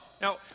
Now